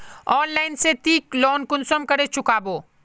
Online से ती loan कुंसम करे चुकाबो?